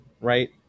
right